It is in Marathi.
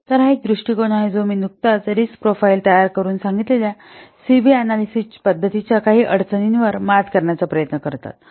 तर हा एक दृष्टिकोन आहे जो मी नुकताच रिस्क प्रोफाइल तयार करुन सांगितलेल्या सी बी अनॅलिसिस पद्धतीच्या काही अडचणींवर मात करण्याचा प्रयत्न करतात